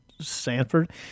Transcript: Sanford